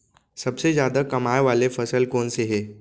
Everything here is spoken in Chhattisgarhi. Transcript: सबसे जादा कमाए वाले फसल कोन से हे?